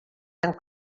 amb